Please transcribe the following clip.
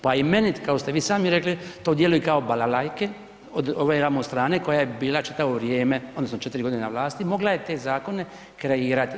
Pa i meni kao što ste vi sami rekli to djeluje kao balalajke od ove strane koja je bila čitavo vrijeme odnosno 4 godine na vlasti i mogla je te zakone kreirati.